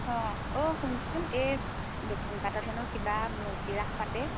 অঁ অ' শুনচোন এই দক্ষিণপাটত হেনো কিবা মূৰ্তিৰাস পাতে